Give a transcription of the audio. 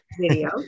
video